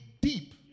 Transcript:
deep